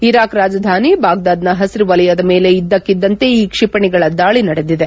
Iraq ರಾಜಧಾನಿ ಬಾಗ್ದಾದ್ನ ಹಸಿರು ವಲಯದ ಮೇಲೆ ಇದ್ದಕ್ಷಿದ್ದಂತೆ ಈ ಕ್ಷಿಪಣಿಗಳ ದಾಳಿ ನಡೆದಿದೆ